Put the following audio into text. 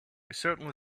certainly